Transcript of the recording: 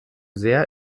sehr